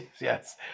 yes